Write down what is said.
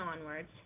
onwards